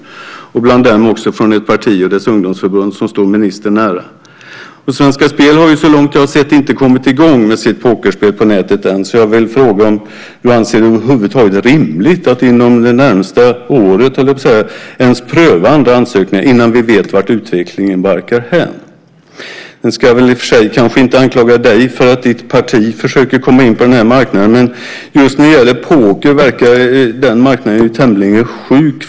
Bland dem finns också ansökningar från ett parti och dess ungdomsförbund som står ministern nära. Svenska Spel har så långt jag sett ännu inte kommit igång med sitt pokerspel på nätet. Jag vill fråga om du anser att det över huvud taget är rimligt att inom det närmaste året ens pröva andra ansökningar innan vi vet vart utvecklingen barkar hän. Jag ska i och för sig inte anklaga dig för att ditt parti försöker komma in på den här marknaden, men just nu är pokermarknaden tämligen sjuk.